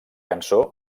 cançó